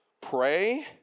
pray